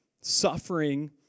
suffering